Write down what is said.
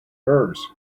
hers